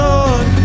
Lord